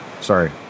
sorry